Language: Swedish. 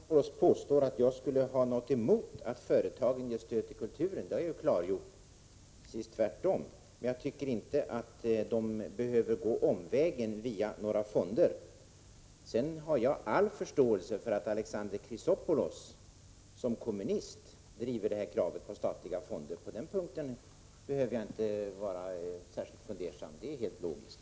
Fru talman! Det är självfallet inte så, som Alexander Chrisopoulos påstår, att jag skulle ha något emot att företagen ger stöd till kulturen. Jag har klargjort att det är precis tvärtom. Men jag tycker inte att de skall behöva gå omvägen via några fonder. I övrigt har jag all förståelse för att Alexander Chrisopoulos som kommunist driver kravet på statliga fonder. Det är helt logiskt.